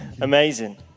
Amazing